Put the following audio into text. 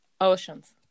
Oceans